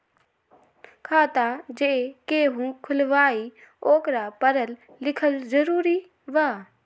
खाता जे केहु खुलवाई ओकरा परल लिखल जरूरी वा?